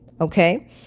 okay